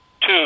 two